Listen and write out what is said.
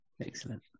Excellent